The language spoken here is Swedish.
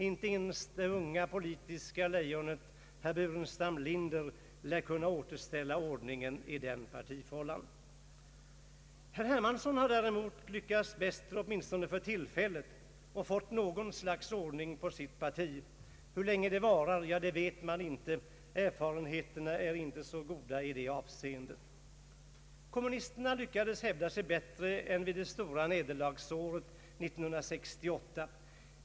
Inte ens det unga politiska lejonet herr Burenstam Linder lär kunna återställa ordningen i den partifållan. Herr Hermansson har däremot lyckats bäst — åtminstone för tillfället — och fått något slags ordning på sitt parti. Hur länge det varar vet man inte. Erfarenheterna är inte så goda i det avseendet. Kommunisterna lyckades hävda sig bättre än vid det stora nederlagsåret 1968.